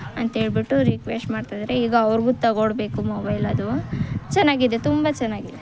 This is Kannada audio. ಅಂಥೇಳ್ಬಿಟ್ಟು ರಿಕ್ವೆಸ್ಟ್ ಮಾಡ್ತಿದ್ದಾರೆ ಈಗ ಅವ್ರಿಗೂ ತೊಗೋಡ್ಬೇಕು ಮೊಬೈಲ್ ಅದು ಚೆನ್ನಾಗಿದೆ ತುಂಬ ಚೆನ್ನಾಗಿದೆ